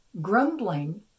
grumbling